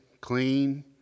clean